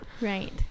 right